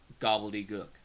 gobbledygook